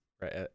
right